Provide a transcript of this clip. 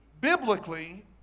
Biblically